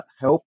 help